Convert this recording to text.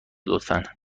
لطفا